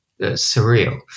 surreal